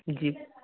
जी